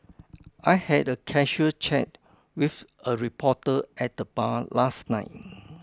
I had a casual chat with a reporter at the bar last night